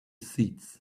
seats